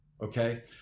okay